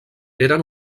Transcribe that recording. eren